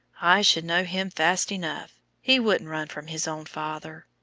i should know him fast enough. he wouldn't run from his own father.